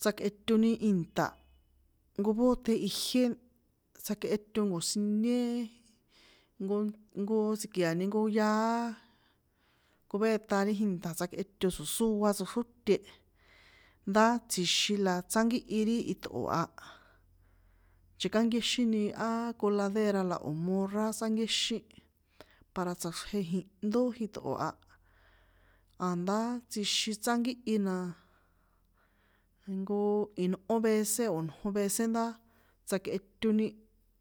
tsakꞌetöni ìnṭa̱, nko bóte ijié tsjakꞌeto nko̱siñé, nko, nko tsi̱kiani nko yaá, cubeta ri jìnṭa̱ tso̱sóa tsoxróte, ndá tsjixin la tsánkíhi ri iṭꞌo̱ a, xikankiéxini a coladera la o̱ morra tsánkiĕxín, para tsaxrje ihndó jiṭꞌo̱ a, a̱ndá tsixin tsánkíhi na, nko inꞌó vece o̱ injon vece ndá tsakꞌetoni.